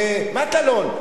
מטלון,